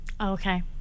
Okay